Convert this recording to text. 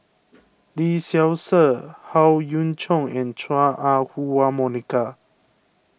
Lee Seow Ser Howe Yoon Chong and Chua Ah Huwa Monica